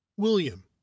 william